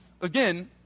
again